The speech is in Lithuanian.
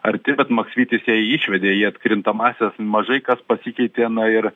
arti bet maksvytis ją išvedė į atkrintamąsias mažai kas pasikeitė na ir